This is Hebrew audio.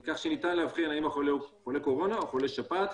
כך שניתן להבחין האם החולה הוא חולה קורונה או חולה שפעת.